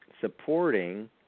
supporting